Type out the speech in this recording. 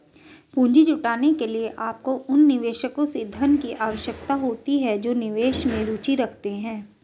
पूंजी जुटाने के लिए, आपको उन निवेशकों से धन की आवश्यकता होती है जो निवेश में रुचि रखते हैं